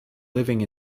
living